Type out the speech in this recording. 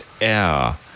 air